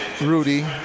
Rudy